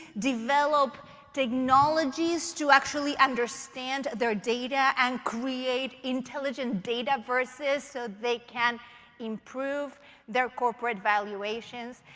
develop technologies to actually understand their data and create intelligent dataverses so they can improve their corporate valuations.